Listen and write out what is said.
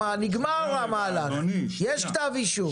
נגמר המהלך, יש כתב אישום.